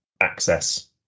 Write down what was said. access